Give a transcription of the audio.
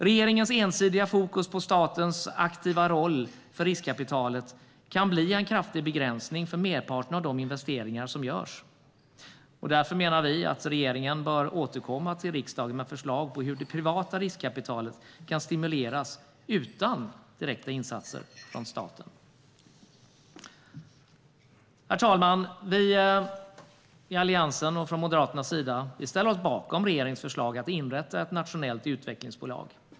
Regeringens ensidiga fokus på statens aktiva roll för riskkapitalet kan bli en kraftig begränsning för merparten av de investeringar som görs. Därför menar vi att regeringen bör återkomma till riksdagen med förslag på hur det privata riskkapitalet kan stimuleras utan direkta insatser från staten. Herr talman! Vi i Alliansen och Moderaterna ställer oss bakom regeringens förslag att inrätta ett nationellt utvecklingsbolag.